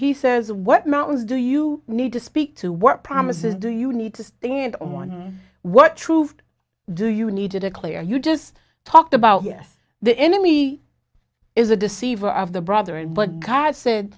he says what mountains do you need to speak to work promises do you need to stand on what truth do you need to declare you just talked about yes the enemy is a deceiver of the brother and but god said